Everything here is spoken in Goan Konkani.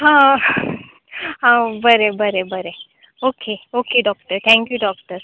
हं हांव बरें बरें बरें okay okay doctor thank you doctor